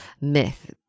myth